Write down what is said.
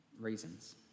reasons